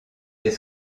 des